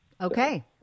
Okay